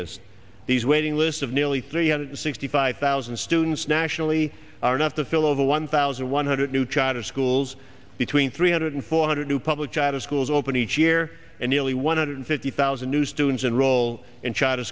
list these waiting lists of nearly three hundred sixty five thousand students nationally are enough to fill over one thousand one hundred new charter schools between three hundred four hundred new public charter schools open each year and nearly one hundred fifty thousand new students enroll in charter